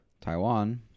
Taiwan